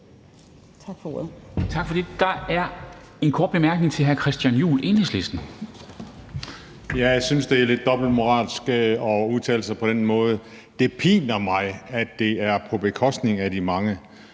Tak for ordet.